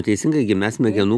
teisingai gi mes smegenų